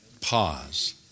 Pause